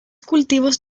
cultivos